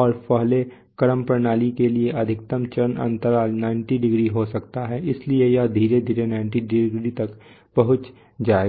और पहले क्रम प्रणाली के लिए अधिकतम चरण अंतराल 90 डिग्री हो सकता है इसलिए यह धीरे धीरे 90 डिग्री तक पहुंच जाएगा